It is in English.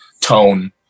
tone